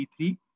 P3